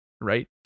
Right